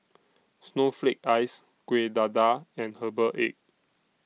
Snowflake Ice Kueh Dadar and Herbal Egg